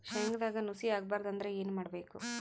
ಶೇಂಗದಾಗ ನುಸಿ ಆಗಬಾರದು ಅಂದ್ರ ಏನು ಮಾಡಬೇಕು?